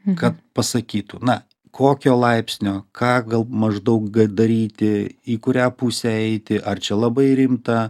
kad pasakytų na kokio laipsnio ką gal maždaug daryti į kurią pusę eiti ar čia labai rimta